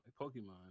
Pokemon